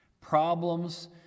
problems